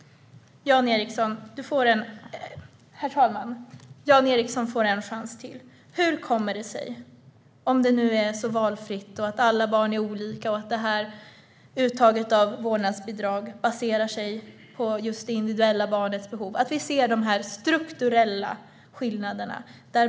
Herr talman! Jan Ericson får en chans till. Hur kommer det sig, om det är nu är så valfritt och alla barn är olika och uttaget av vårdnadsbidrag baserar sig på det individuella barnets behov, att vi ser de här strukturella skillnaderna?